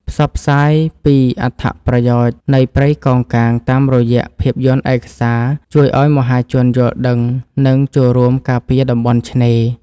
ផ្សព្វផ្សាយពីអត្ថប្រយោជន៍នៃព្រៃកោងកាងតាមរយៈភាពយន្តឯកសារជួយឱ្យមហាជនយល់ដឹង និង ចូលរួមការពារតំបន់ឆ្នេរ។